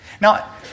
Now